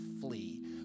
flee